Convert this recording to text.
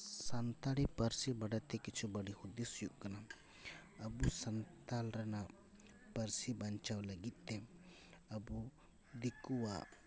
ᱥᱟᱱᱛᱟᱲᱤ ᱯᱟᱹᱨᱥᱤ ᱵᱟᱰᱟᱭ ᱛᱮ ᱠᱤᱪᱷᱩ ᱵᱟᱹᱲᱤᱡ ᱦᱩᱫᱤᱥ ᱦᱩᱭᱩᱜ ᱠᱟᱱᱟ ᱟᱵᱚ ᱥᱟᱱᱛᱟᱞ ᱨᱮᱱᱟᱜ ᱯᱟᱹᱨᱥᱤ ᱵᱟᱧᱪᱟᱣ ᱞᱟᱹᱜᱤᱫ ᱛᱮ ᱟᱵᱚ ᱫᱤᱠᱩᱣᱟᱜ